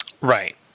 Right